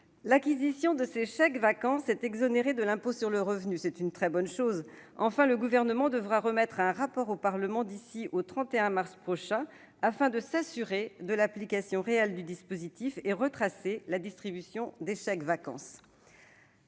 L'acquisition de ces chèques-vacances est exonérée de l'impôt sur le revenu, ce qui est une très bonne chose. Enfin, le Gouvernement devra remettre un rapport au Parlement d'ici au 31 mars prochain afin de s'assurer de l'application réelle du dispositif et de retracer la distribution des chèques-vacances